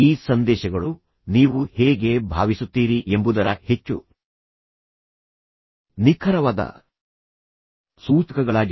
ಈ ಸಂದೇಶಗಳು ನೀವು ಹೇಗೆ ಭಾವಿಸುತ್ತೀರಿ ಎಂಬುದರ ಹೆಚ್ಚು ನಿಖರವಾದ ಸೂಚಕಗಳಾಗಿವೆ